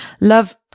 love